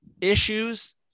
issues